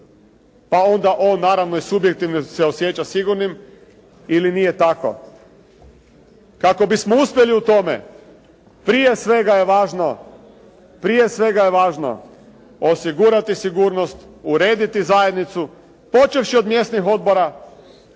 pa onda on naravno i subjektivno se osjeća sigurnim ili nije tako. Kako bismo uspjeli u tome, prije svega je važno osigurati sigurnost, urediti zajednicu počevši od mjesnih odbora,